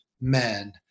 men